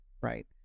right